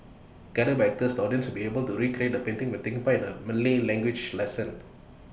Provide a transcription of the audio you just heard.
guided by actors the audience will be able to recreate the painting by taking part in A Malay language lesson